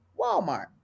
Walmart